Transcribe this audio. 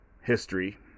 history